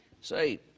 say